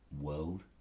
world